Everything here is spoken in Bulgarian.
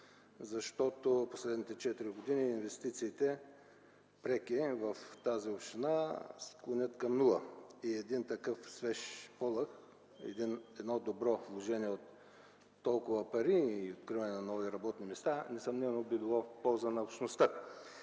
защото през последните четири години преките инвестиции в тази община клонят към нула и един такъв свеж полъх, едно добро вложение от толкова пари и откриване на нови работни места несъмнено би било в полза на общността.